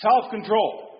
self-control